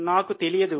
నాకు తెలియదు